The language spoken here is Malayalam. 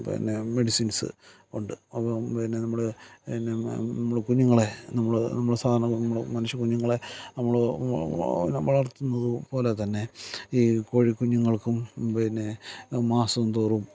പിന്നെ മെഡിസിൻസ് ഉണ്ട് അപ്പോൾ പിന്നെ നമ്മൾ പിന്നെ നമ്മൾ കുഞ്ഞുങ്ങളെ നമ്മൾ നമ്മൾ സാധാരണ കുഞ്ഞുങ്ങളെ മനുഷ്യകുഞ്ഞുങ്ങളെ നമ്മൾ വളർത്തുന്നതുപോലെത്തന്നെ ഈ കോഴിക്കുഞ്ഞുങ്ങൾക്കും പിന്നെ മാസംതോറും